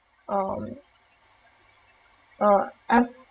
um uh self